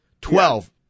Twelve